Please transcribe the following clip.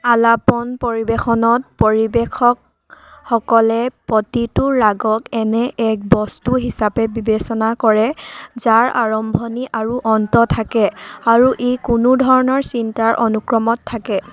আলাপন পৰিৱেশনত পৰিৱেশকসকলে প্ৰতিটো ৰাগক এনে এক বস্তু হিচাপে বিবেচনা কৰে যাৰ আৰম্ভণি আৰু অন্ত থাকে আৰু ই কোনোধৰণৰ চিন্তাৰ অনুক্ৰমত থাকে